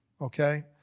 okay